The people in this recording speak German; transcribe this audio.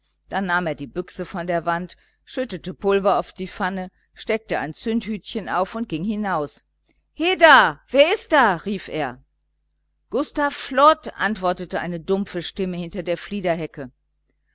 dann nahm er die büchse von der wand schüttete pulver auf die pfanne steckte ein zündhütchen auf und ging hinaus heda wer ist da rief er gustav flod antwortete eine dumpfe stimme hinter der